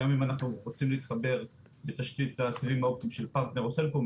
אם אנחנו רוצים להתחבר לתשתית הסיבים האופטיים של פרטנר או סלקום,